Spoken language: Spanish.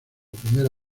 primera